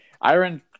Iron